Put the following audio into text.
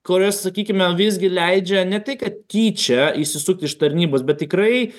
kurios sakykime visgi leidžia ne tai kad tyčia išsisukt iš tarnybos bet tikrai